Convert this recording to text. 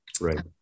Right